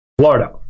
Florida